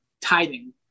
tithing